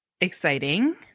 Exciting